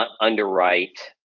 underwrite